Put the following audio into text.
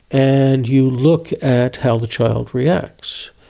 and you look at how the child reacts.